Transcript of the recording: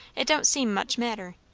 it don't seem much matter.